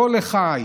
כה לחי.